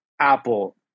apple